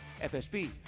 FSB